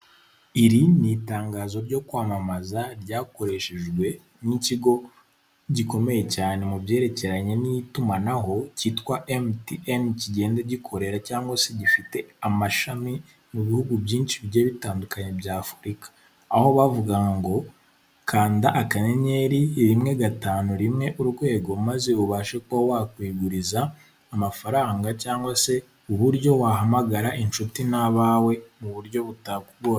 Iri ni itangazo ryo kwamamaza ryakoreshejwe n'ikigo gikomeye cyane mu byerekeranye n'itumanaho cyitwa MTN, kigenda gikorera cyangwa se gifite amashami mu bihugu byinshi bigiye bitandukanye bya Afurika, aho bavugaga ngo kanda akanyenyeri rimwe gatanu rimwe urwego, maze ubashe kuba wakwiguriza amafaranga cyangwa se uburyo wahamagara inshuti n'abawe mu buryo butakugoye.